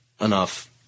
enough